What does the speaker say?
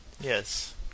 Yes